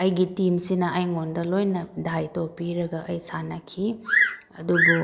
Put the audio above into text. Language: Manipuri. ꯑꯩꯒꯤ ꯇꯤꯝꯁꯤꯅ ꯑꯩꯉꯣꯟꯗ ꯂꯣꯏꯅ ꯗꯥꯏꯗꯣ ꯄꯤꯔꯒ ꯑꯩ ꯁꯥꯟꯅꯈꯤ ꯑꯗꯨꯕꯨ